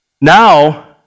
now